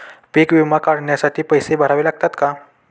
पीक विमा काढण्यासाठी पैसे भरावे लागतात का?